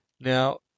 Now